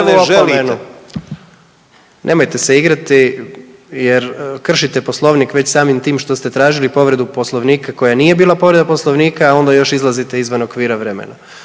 Nemojte se igrati jer kršite Poslovnik već samim tim što ste tražili povredu Poslovnika koja nije bila povreda Poslovnika, a onda još izlazite izvan okvira vremena.